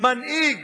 מנהיג